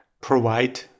provide